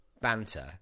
banter